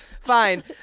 fine